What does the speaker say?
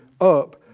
up